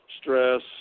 stress